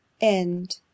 end